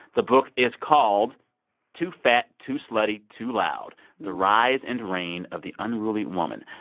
the book is called too fat, too slutty, too loud the rise and reign of the unruly woman.